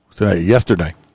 yesterday